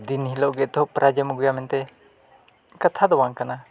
ᱫᱤᱱ ᱦᱤᱞᱳᱜ ᱜᱮ ᱮᱛᱚᱦᱚᱵ ᱯᱨᱟᱭᱤᱡᱽ ᱮᱢ ᱟᱹᱜᱩᱭᱟ ᱢᱮᱱᱛᱮ ᱠᱟᱛᱷᱟ ᱫᱚ ᱵᱟᱝ ᱠᱟᱱᱟ